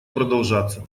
продолжаться